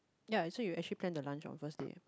ya so you actually plan the lunch on the first day